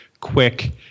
quick